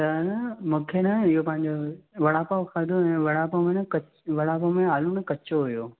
त न मूंखे न इहो पंहिंजो वड़ा पाव खाधो ऐं वड़ा पाव में न कच वड़ा पाव में न आलू न कचो हुयो